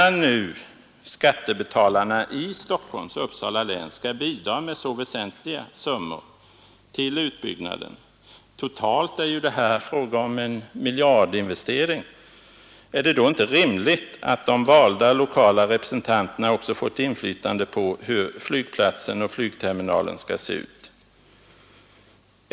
Eftersom skattebetalarna i Stockholms och Uppsala län skall bidraga med så väsentliga summor till utbyggnaden — totalt gäller det en miljardinvestering — är det väl rimligt att de valda lokala representanterna får ett inflytande på hur flygplatsen och flygterminalen skall se ut.